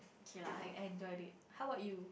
okay lah I I enjoyed it how about you